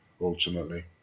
ultimately